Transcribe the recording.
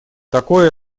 такой